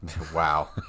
Wow